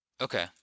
Okay